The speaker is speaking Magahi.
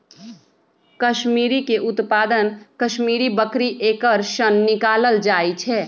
कस्मिरीके उत्पादन कस्मिरि बकरी एकर सन निकालल जाइ छै